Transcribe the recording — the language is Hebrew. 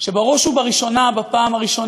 יש להם שפעת מורכבת.